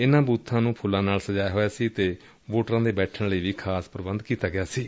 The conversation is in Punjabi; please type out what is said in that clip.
ਇਨਾਂ ਬੁਬਾਂ ਨੂੰ ਫੁੱਲਾਂ ਨਾਲ ਸਜਾਇਆ ਗਿਆ ਸੀ ਅਤੇ ਵੋਟਰਾਂ ਦੇ ਬੈਠਣ ਲਈ ਖ਼ਾਸ ਪੁਬੰਧ ਕੀਤੇ ਗਏ ਸਨ